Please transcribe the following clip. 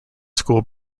school